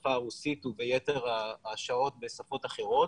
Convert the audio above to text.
בשפה הרוסית וביתר השעות בשפות אחרות